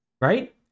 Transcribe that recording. right